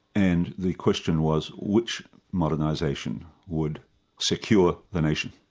and the question was, which modernisation would secure the nation.